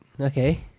Okay